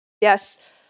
Yes